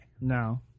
No